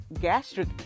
gastric